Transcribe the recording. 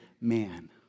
man